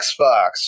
Xbox